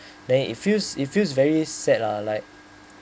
then it feels it feels very sad lah like